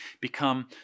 become